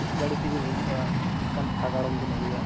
ᱪᱮᱫ ᱜᱟᱹᱰᱤ ᱛᱮᱵᱤᱱ ᱦᱤᱡᱩᱜᱼᱟ ᱪᱮᱫᱞᱮᱠᱟᱱ ᱥᱟᱜᱟᱲᱚᱢ ᱵᱤᱱ ᱟᱹᱜᱩᱭᱟ